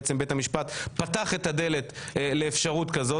שבעצם בית המשפט פתח את הדלת לאפשרות כזאת,